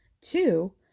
two